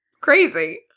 Crazy